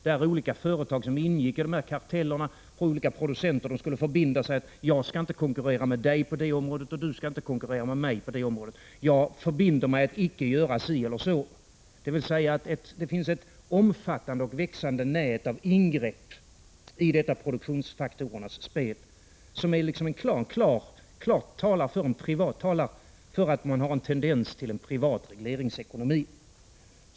De företag som ingick i dessa karteller, olika producenter, skulle förbinda sig att inte konkurrera med varandra: Jag skall inte konkurrera med dig på det området och du skall inte konkurrera med mig på det området. Jag förbinder mig att icke göra si eller så. Det finns alltså ett omfattande och växande nät av ingrepp i detta produktionsfaktorernas spel, som klart talar för en tendens till privat regleringsekonomi.